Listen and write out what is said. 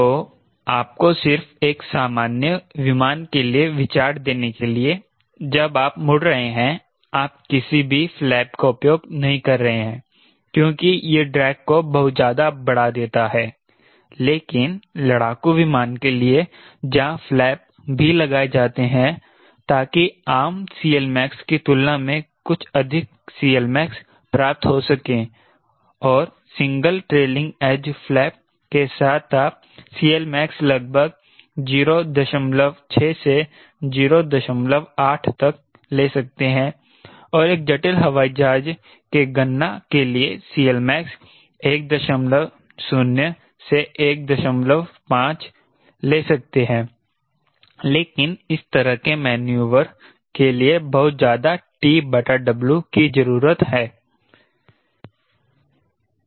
तो आपको सिर्फ एक सामान्य विमान के लिए विचार देने के लिए जब आप मुड़ रहे हैं आप किसी भी फ्लैप का उपयोग नहीं कर रहे हैं क्योंकि यह ड्रैग को बहुत ज्यादा बड़ा देता है लेकिन लड़ाकू विमान के लिए जहां फ्लैप भी लगाए जाते हैं ताकि आम CLmax की तुलना में कुछ अधिक CLmax प्राप्त हो सके और सिंगल ट्रेलिंग एज फ्लैप के साथ आप CLmax लगभग 06 से 08 तक ले सकते हैं और एक जटिल हवाई जहाज के गणना के लिए CLmax 10 से 15 ले सकते है लेकिन इस तरह के मैन्यूवर के लिए बहुत ज्यादा TW की जरूरत है